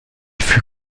fut